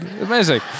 amazing